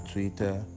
Twitter